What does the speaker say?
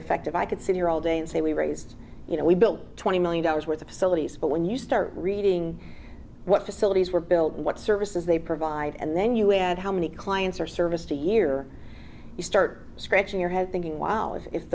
effective i could sit here all day and say we raised you know we built twenty million dollars worth of facilities but when you start reading what facilities were built and what services they provide and then you had how many clients or service two year you start scratching your head thinking wow